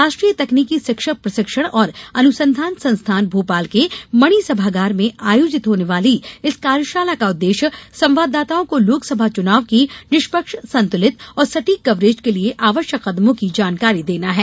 राष्ट्रीय तकनीकी शिक्षक प्रशिक्षण और अनुसन्धान संस्थान भोपाल के मणि सभागार में आयोजित होने वाली इस कार्यशाला का उद्देश्य संवाददाताओं को लोकसभा चुनाव की निष्पक्ष संतुलित और सटीक कवरेज के लिए आवश्यक कदमों की जानकारी देना है